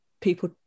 people